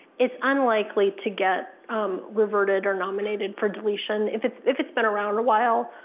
it's unlikely to get reverted or nominated for deletion. if it's if it's been around a while.